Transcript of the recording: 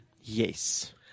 Yes